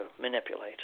manipulate